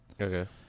Okay